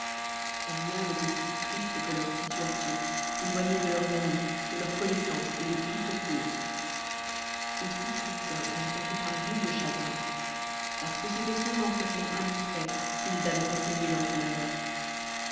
rien o'éto it si triste que leur situation éloignéi de leurs amis de leurs connaissances et de tout secours aussi chrétien en relscotoit un double chagrin parce que étoit son empressement in cret qui les avoit fait tombeidàos ce malheur